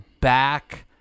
back